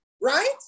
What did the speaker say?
right